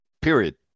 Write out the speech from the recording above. Period